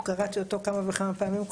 קראתי אותו כמה וכמה פעמים.